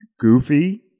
goofy